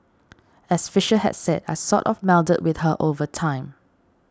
as Fisher had said I've sort of melded with her over time